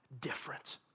different